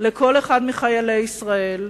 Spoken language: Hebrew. לכל אחד מחיילי ישראל,